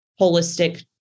holistic